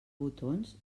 botons